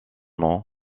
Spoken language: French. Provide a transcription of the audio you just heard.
nom